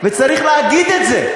וצריך להגיד את זה.